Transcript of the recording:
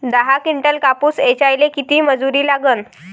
दहा किंटल कापूस ऐचायले किती मजूरी लागन?